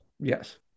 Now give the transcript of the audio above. yes